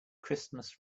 christmas